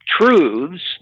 truths